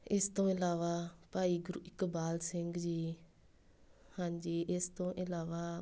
ਇਸ ਤੋਂ ਇਲਾਵਾ ਭਾਈ ਗੁਰਇਕਬਾਲ ਸਿੰਘ ਜੀ ਹਾਂਜੀ ਇਸ ਤੋਂ ਇਲਾਵਾ